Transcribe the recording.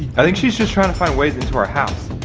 i think she's just trying to find ways into our house.